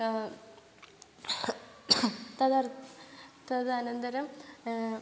तदर्थं तदनन्तरं